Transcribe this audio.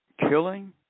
killing